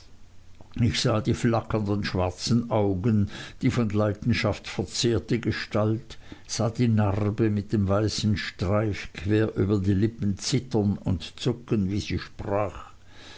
ich sah die flackernden schwarzen augen die von leidenschaft verzehrte gestalt sah die narbe mit dem weißen streif quer über die lippen zittern und zucken wie sie sprach